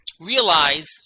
realize